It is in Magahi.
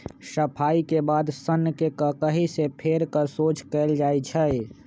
सफाई के बाद सन्न के ककहि से फेर कऽ सोझ कएल जाइ छइ